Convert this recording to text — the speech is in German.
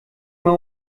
mal